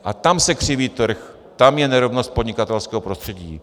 A tam se křiví trh, tam je nerovnost podnikatelského prostředí.